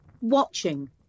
watching